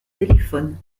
téléphone